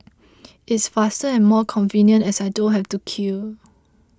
it's faster and more convenient as I don't have to queue